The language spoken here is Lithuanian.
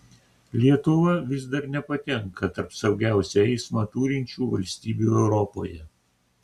lietuva vis dar nepatenka tarp saugiausią eismą turinčių valstybių europoje